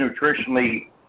nutritionally